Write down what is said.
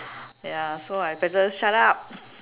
ya so I better shut up